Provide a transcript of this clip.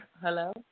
Hello